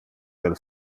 del